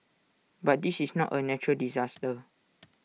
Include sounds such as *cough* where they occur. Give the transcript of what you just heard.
but this is not A natural disaster *noise*